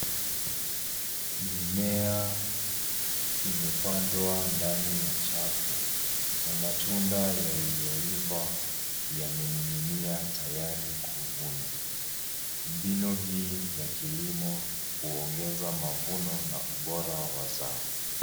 Mimea imepandwa ndani ya chafu na matunda yaliyoiva yamening'inia tayari kuvunwa. Mbinu hii ya kilimo huongeza mavuno na ubora wa zao.